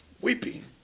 weeping